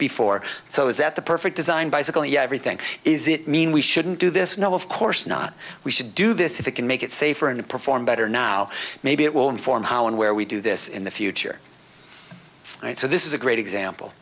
before so is that the perfect design bicycle and everything is it mean we shouldn't do this no of course not we should do this if we can make it safer and perform better now maybe it will inform how and where we do this in the future and so this is a great example